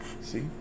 See